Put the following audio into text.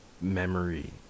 memory